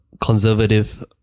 conservative